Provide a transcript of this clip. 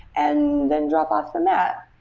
and then dropbox from that.